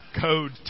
code